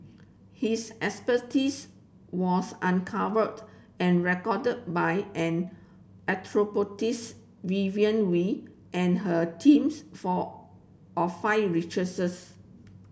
his expertise was uncovered and recorded by anthropologist Vivien Wee and her teams for of five researchers